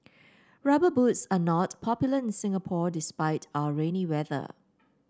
rubber boots are not popular in Singapore despite our rainy weather